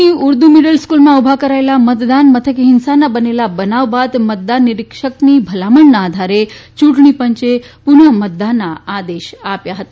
બંધનીની Urdu middle સ્ક્રલમાં ઉભા કરાયેલા મતદાન મથકે હિંસાના બનેલા બનાવ બાદ મતદાન નિરિક્ષકની ભલામણના આધારે યૂંટણી પંચે પુનઃ મતદાનના આદેશ આપ્યા હતા